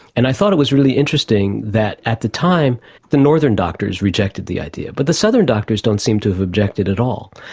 and i thought it was really interesting that at the time the northern doctors rejected the idea but the southern doctors don't seem to have objected at all.